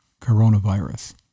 coronavirus